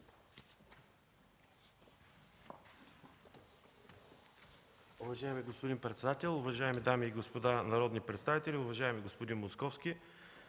Уважаеми господин председател, уважаеми дами и господа народни представители, уважаеми господин Московски!